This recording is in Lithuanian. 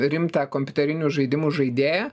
rimtą kompiuterinių žaidimų žaidėją